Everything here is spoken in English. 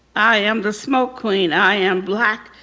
i am the smoke queen. i am black.